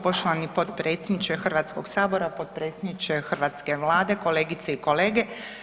Poštovani potpredsjedniče Hrvatskog sabora, potpredsjedniče hrvatske Vlade, kolegice i kolege.